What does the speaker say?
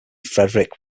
frederick